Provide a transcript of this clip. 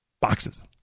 boxes